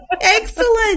Excellent